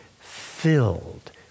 filled